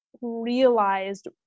realized